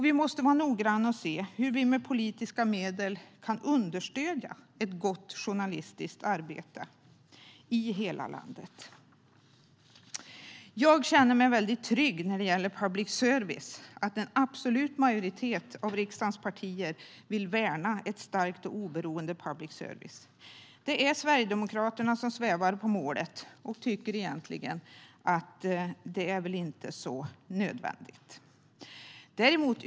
Vi måste vara noggranna och se hur vi med politiska medel kan understödja ett gott journalistiskt arbete i hela landet. Jag känner mig väldigt trygg när det gäller public service. En absolut majoritet av riksdagens partier vill värna ett starkt och oberoende public service; det är Sverigedemokraterna som svävar på målet och tycker att det väl egentligen inte är så nödvändigt.